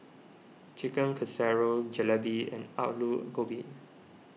Chicken Casserole Jalebi and Alu Gobi